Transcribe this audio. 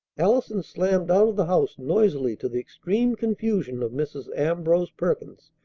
allison slammed out of the house noisily to the extreme confusion of mrs. ambrose perkins,